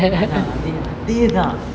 அதான் அதான் அதேதான்:athan athan athethan